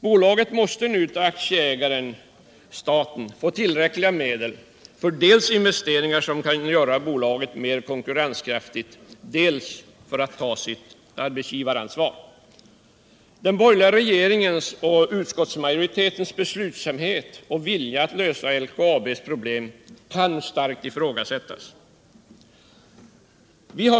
Bolaget måste nu av aktieägaren-staten få tillräckliga medel dels för att genomföra investeringar i rörelsen som kan göra bolaget mer konkurrenskraftigt, dels för att ta sitt arbetsgivaransvar. Den borgerliga regeringens och utskottsmajoritetens beslut och vilja att lösa LKAB:s problem kan ifrågasättas.